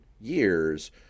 years